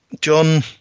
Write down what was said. John